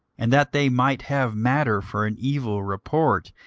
and that they might have matter for an evil report,